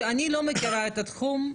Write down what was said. אני לא מכירה את התחום,